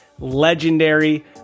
legendary